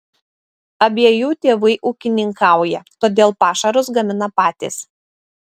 abiejų tėvai ūkininkauja todėl pašarus gamina patys